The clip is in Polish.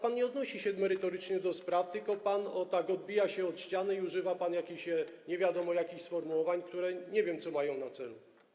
Pan nie odnosi się merytorycznie do spraw, tylko tak odbija się od ściany i używa nie wiadomo jakich sformułowań, które nie wiadomo co mają na celu.